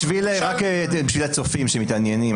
בשביל הצופים שמתעניינים,